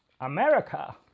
America